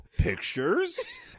pictures